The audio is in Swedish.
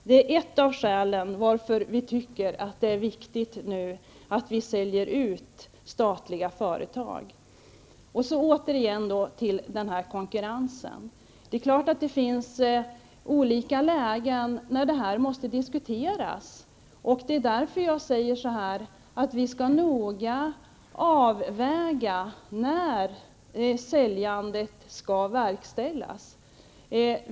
Det är ett av skälen till att vi tycker att det nu är viktigt att vi säljer ut statliga företag. Så återigen till konkurrensen. Det är klart att det finns olika lägen när detta måste diskuteras. Det är därför jag säger att vi noga skall avväga när säljandet skall verkställas.